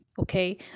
okay